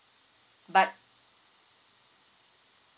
but